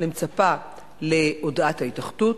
אני מצפה להודעת ההתאחדות,